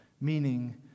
meaning